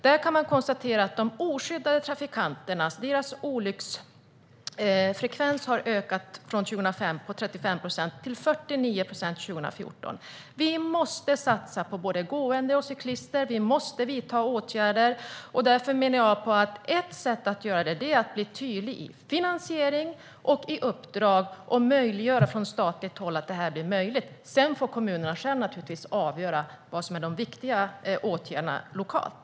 Där konstateras att de oskyddade trafikanternas olycksfrekvens har ökat från 35 procent 2005 till 49 procent 2014. Vi måste satsa på både gående och cyklister, och vi måste vidta åtgärder. Ett sätt att göra det är att bli tydlig i fråga om finansiering och uppdrag och från statligt håll se till att detta blir möjligt. Sedan får naturligtvis kommunerna själva avgöra vad som är de viktiga åtgärderna lokalt.